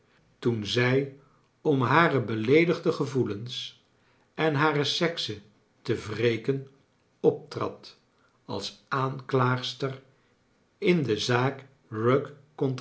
toen zij om hare beleedigde gevoelens en hare sexe te wreken optrad als aanklaagster in de zaak